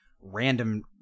random